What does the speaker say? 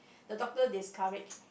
the doctor discourage